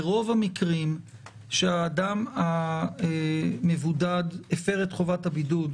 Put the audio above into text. ברוב המקרים שהאדם המבודד הפר את חובת הבידוד,